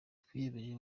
twiyemeje